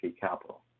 Capital